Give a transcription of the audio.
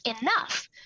enough